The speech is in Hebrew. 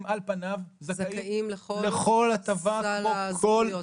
הם על פניו זכאים לכל ההטבה כמו כל אחד.